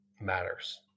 matters